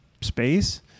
space